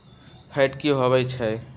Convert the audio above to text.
Fat की होवछै?